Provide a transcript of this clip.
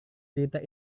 cerita